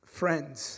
friends